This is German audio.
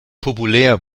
populär